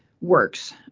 works